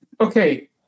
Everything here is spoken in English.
okay